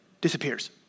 disappears